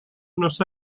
unos